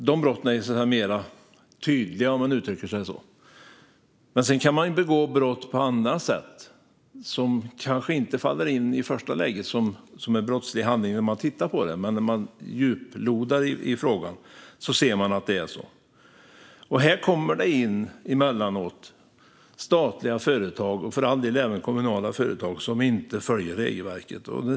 De brotten är mer tydliga. Men man kan också begå brott som vid första anblick inte ser ut som en brottslig handling, men när man djuplodar i frågan ser man att det är olagligt. Här hittar vi ibland statliga och kommunala företag som inte följer regelverket.